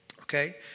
Okay